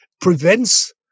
prevents